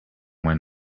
went